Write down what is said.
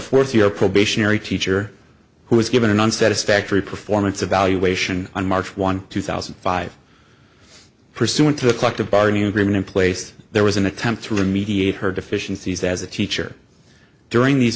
fourth year probationary teacher who was given an on satisfactory performance evaluation on march one two thousand and five pursuant to the collective bargaining agreement in place there was an attempt to mediate her deficiencies as a teacher during these